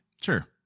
Sure